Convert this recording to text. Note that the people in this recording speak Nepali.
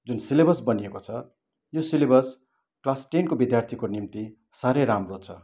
जुन सिलेबस बनिएको छ यो सिलेबस क्लास टेनको विद्यार्थीको निम्ति साह्रै राम्रो छ